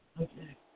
Okay